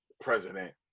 president